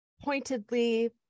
pointedly